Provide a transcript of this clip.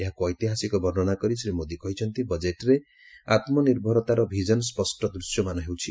ଏହାକୁ ଐତିହାସିକ ବର୍ଷନା କରି ଶ୍ରୀ ମୋଦି କହିଛନ୍ତି ବଜେଟ୍ରେ ଆତ୍କନିର୍ଭରତାର ଭିଜନ୍ ସ୍ୱଷ୍ଟ ଦୂଶ୍ୟମାନ ହେଉଛି